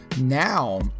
Now